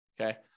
Okay